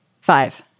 Five